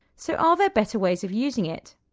so are there better ways of using it?